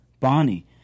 Bonnie